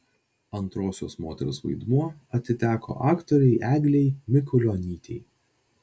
antrosios moters vaidmuo atiteko aktorei eglei mikulionytei